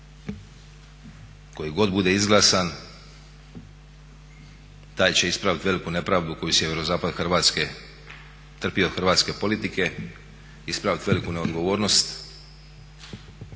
Koji god bude izglasan taj će ispravit veliku nepravdu koju sjeverozapad Hrvatske trpio hrvatske politike, ispravit veliku neodgovornost